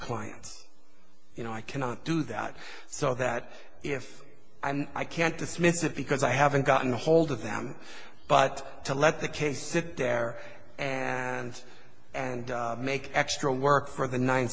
clients you know i cannot do that so that if i can't dismiss it because i haven't gotten a hold of them but to let the case sit there and and make extra work for the ninth